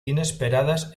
inesperadas